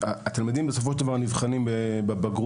משום שהתלמידים עדיין נבחנים בבחינות